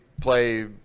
play